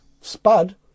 spud